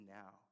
now